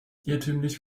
irrtümlich